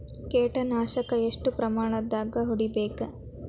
ಕೇಟ ನಾಶಕ ಎಷ್ಟ ಪ್ರಮಾಣದಾಗ್ ಹೊಡಿಬೇಕ?